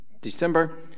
December